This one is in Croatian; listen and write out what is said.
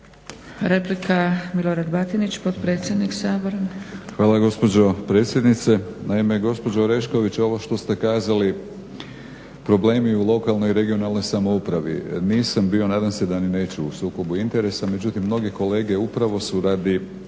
Hvala gospođo potpredsjednice. Naime, gospođo Orešković ovo što ste kazali problemi u lokalnoj i regionalnoj samoupravi. Nisam bio, nadam se da ni neću u sukobu interesa međutim, mnogi kolege upravo su radi